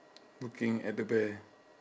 looking at the bear